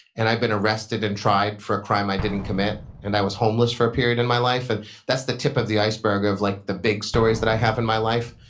i've been arrested and tried for a crime i didn't commit, and i was homeless for a period in my life. and that's the tip of the iceberg of like the big stories that i have in my life,